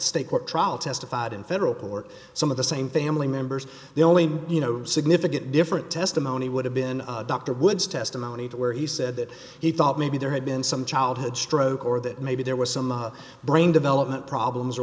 state court trial testified in federal court some of the same family members the only significant different testimony would have been dr woods testimony where he said that he thought maybe there had been some childhood stroke or that maybe there was some brain development problems or